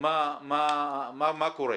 מה קורה.